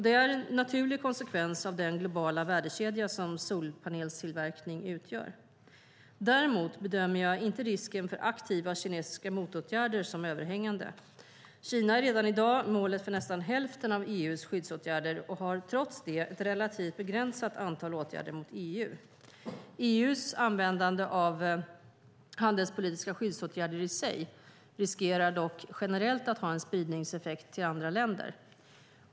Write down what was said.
Det är en naturlig konsekvens av den globala värdekedja som solpanelstillverkning utgör. Däremot bedömer jag inte risken för aktiva kinesiska motåtgärder som överhängande. Kina är redan i dag målet för nästan hälften av EU:s skyddsåtgärder och har trots det ett relativt begränsat antal åtgärder mot EU. EU:s användande av handelspolitiska skyddsåtgärder i sig riskerar dock generellt att ha en spridningseffekt till andra länder.